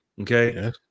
Okay